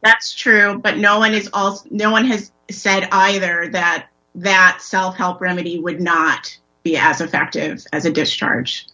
that's true but no and it's also no one has said either that that self help remedy would not be as effective as a discharge